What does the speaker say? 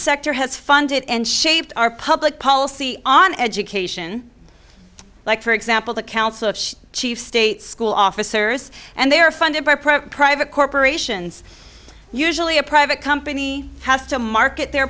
sector has funded and shaped our public policy on education like for example the council chief state school officers and they are funded by pro private corporations usually a private company has to market their